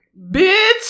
Bitch